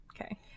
Okay